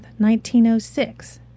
1906